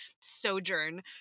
sojourn